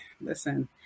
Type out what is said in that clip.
Listen